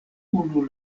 unu